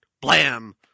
Blam